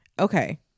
Okay